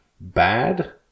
bad